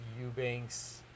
Eubanks